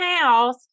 house